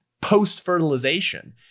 post-fertilization